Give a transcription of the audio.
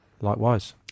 likewise